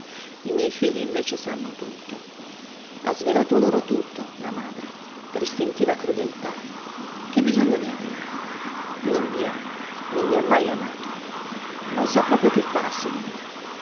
i miei figli invece sanno tutto ha svelato loro tutto la madre per istintiva crudeltà che bisogno ne aveva non mi ama non mi ha mai amato non sa proprio che farsi di me